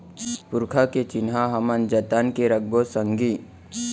पुरखा के चिन्हा हमन जतन के रखबो संगी